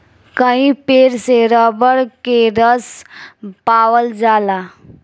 कई पेड़ से रबर के रस पावल जाला